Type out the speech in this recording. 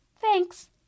Thanks